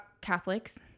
Catholics